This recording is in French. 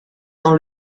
dans